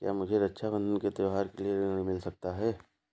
क्या मुझे रक्षाबंधन के त्योहार के लिए ऋण मिल सकता है?